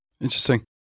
Interesting